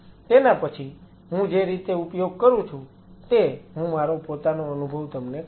તેના પછી હું જે રીતે ઉપયોગ કરું છું તે હું મારો પોતાનો અનુભવ તમને કહીશ